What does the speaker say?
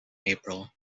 april